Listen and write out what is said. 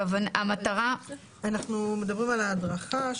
אנחנו מדברים על ההדרכה.